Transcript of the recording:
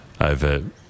over